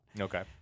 okay